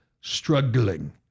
struggling